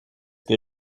que